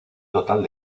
total